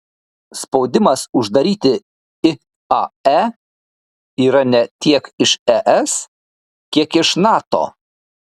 spaudimas uždaryti iae yra ne tiek iš es kiek iš nato